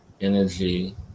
energy